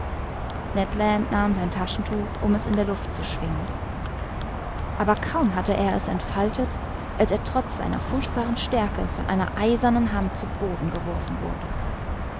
nahm sein taschentuch um es in der luft zu schwingen aber kaum hatte er's entfaltet als er trotz seiner furchtbaren stärke von einer eisernen hand zu boden geworfen wurde